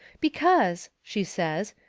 because, she says,